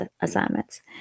assignments